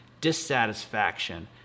dissatisfaction